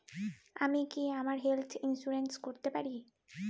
আমি কি আমার হেলথ ইন্সুরেন্স করতে পারি?